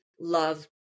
love